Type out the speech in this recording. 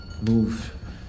move